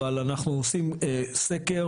אבל אנחנו עושים סקר,